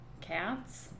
Cats